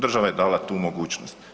Država je dala tu mogućnost.